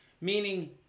Meaning